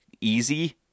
easy